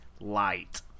light